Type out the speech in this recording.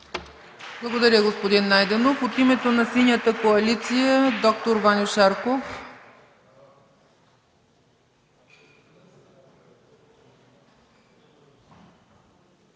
Благодаря, господин Найденов. От името на Синята коалиция – д-р Ваньо Шарков.